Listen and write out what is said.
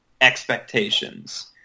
expectations